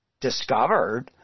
discovered